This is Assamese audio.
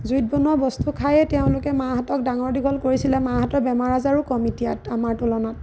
জুইত বনোৱা বস্তু খায়েই তেওঁলোকে মাহঁতক ডাঙৰ দীঘল কৰিছিলেক মাহঁতৰ বেমাৰ আজাৰো কম এতিয়া আমাৰ তুলনাত